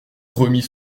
remit